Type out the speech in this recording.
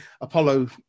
Apollo